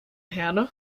herne